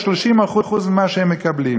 את ה-30% ממה שהם מקבלים?